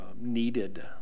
needed